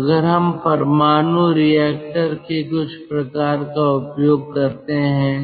अगर हम परमाणु रिएक्टर के कुछ प्रकार का उपयोग करते हैं